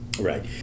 Right